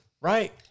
right